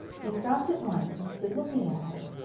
he stopped at once, and stood looking at her.